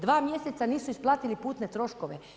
Dva mjeseca nisu isplatili putne troškove.